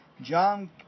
John